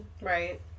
right